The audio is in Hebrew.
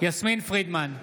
יסמין פרידמן,